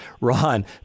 Ron